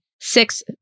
six